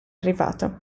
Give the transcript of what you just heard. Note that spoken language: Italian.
arrivato